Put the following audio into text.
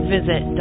Visit